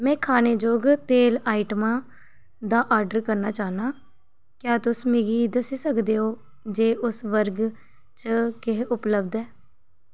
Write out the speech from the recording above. में खानेजोग तेल आइटमें दा ऑर्डर करना चाह्न्नां क्या तुस मिगी दस्सी सकदे ओ जे उस वर्ग च केह् उपलब्ध ऐ